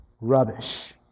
Rubbish